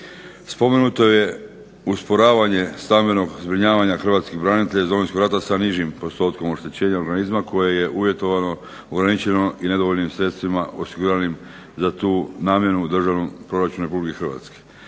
Spomenuto je usporavanje stambenog zbrinjavanja hrvatskih branitelja iz Domovinskog rata sa nižim postotkom oštećenja organizma koje je uvjetovano, ograničeno i nedovoljnim sredstvima osiguranim za tu namjenu u Državnom proračunu RH. Nakon